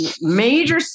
major